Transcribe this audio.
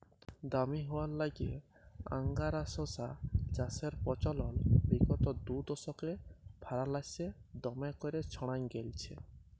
দামি হউয়ার ল্যাইগে আংগারা শশা চাষের পচলল বিগত দুদশকে ফারাল্সে দমে ক্যইরে ছইড়ায় গেঁইলছে